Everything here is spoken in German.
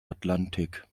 atlantik